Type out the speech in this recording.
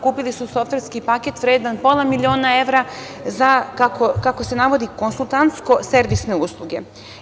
Kupili su softverski paket vredan pola miliona evra za, kako se navodi, konsultantsko-servisne usluge.